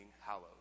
hallowed